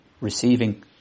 receiving